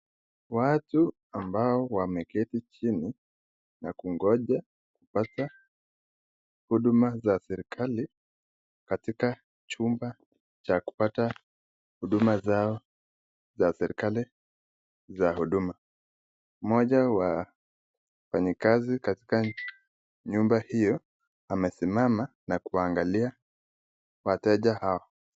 Watu ambao wameketi chini na kungoja huduma za serikali katika chumba cha kupata huduma zao za serikali za huduma. Moja ya wafanyikazi katika nyumba hiyo amesimama na kuangalia wateja hao.